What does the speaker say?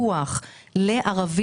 זה לא קשור לערים